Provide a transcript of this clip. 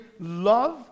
love